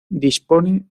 dispone